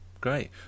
Great